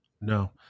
no